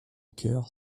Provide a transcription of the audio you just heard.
cœur